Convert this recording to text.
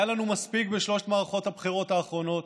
היה לנו מספיק בשלוש מערכות הבחירות האחרונות.